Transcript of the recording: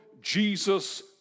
Jesus